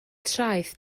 traeth